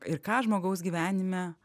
ir ką žmogaus gyvenime